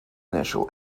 initial